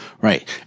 Right